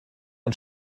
und